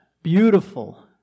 beautiful